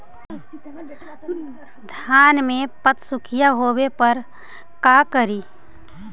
धान मे पत्सुखीया होबे पर का करि?